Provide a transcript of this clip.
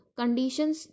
conditions